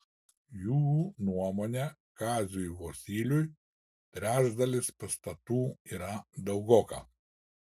jų nuomone kaziui vosyliui trečdalis pastatų yra daugoka